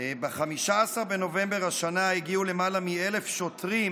ב-15 בנובמבר השנה הגיעו למעלה מ-1,000 שוטרים